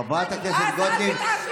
חברת הכנסת גוטליב,